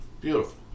Beautiful